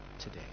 today